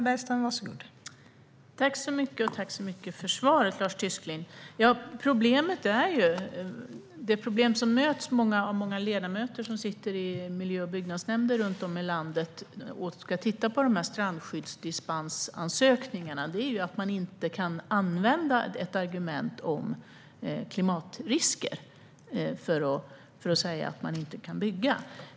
Fru talman! Tack för svaret, Lars Tysklind! Det problem som många ledamöter i miljö och byggnadsnämnder runt om i landet möter när de ska titta på strandskyddsdispensansökningarna är att de inte kan använda argumentet om klimatrisker för att säga att det inte går att bygga.